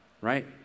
right